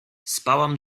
spałam